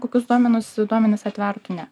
kokius duomenus duomenis atvertų ne